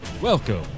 Welcome